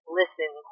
listen